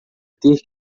ter